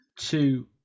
two